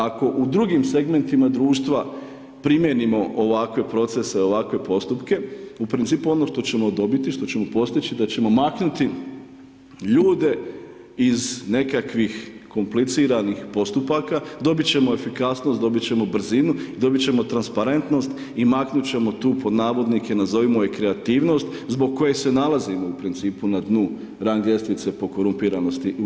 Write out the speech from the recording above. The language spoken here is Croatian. Ako u drugim segmentima društva primijenimo ovakve procese, ovakve postupke, u principu ono što ćemo dobiti, što ćemo postići da ćemo maknuti ljude iz nekakvih kompliciranih postupaka, dobit ćemo efikasnost, dobit ćemo brzinu, dobit ćemo transparentnost i maknut ćemo tu pod navodnike nazovimo je kreativnost zbog koje se nalazimo u principu na dnu rang ljestvice po korumpiranosti u EU.